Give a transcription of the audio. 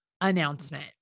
announcement